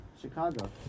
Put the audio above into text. Chicago